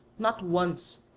not once,